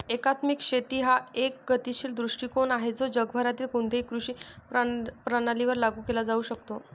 एकात्मिक शेती हा एक गतिशील दृष्टीकोन आहे जो जगभरातील कोणत्याही कृषी प्रणालीवर लागू केला जाऊ शकतो